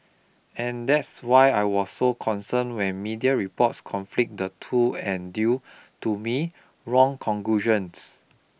and that's why I was so concerned when media reports conflate the two and drew to me wrong conclusions